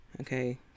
Okay